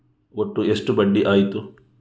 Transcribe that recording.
ಒಟ್ಟು ಎಷ್ಟು ಬಡ್ಡಿ ಆಯಿತು?